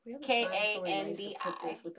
K-A-N-D-I